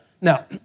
Now